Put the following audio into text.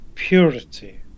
purity